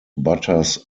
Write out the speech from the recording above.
butters